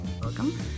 welcome